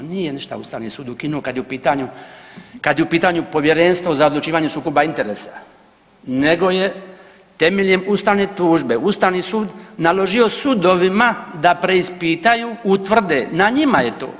Nije ništa Ustavni sud ukinuo kad je u pitanju Povjerenstvo za odlučivanje o sukobu interesa, nego je temeljem Ustavne tužbe, Ustavni sud naložio sudovima da preispitaju, utvrde, na njima je to.